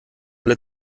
alle